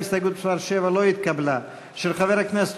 ההסתייגות של קבוצת סיעת מרצ וחברי הכנסת